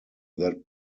that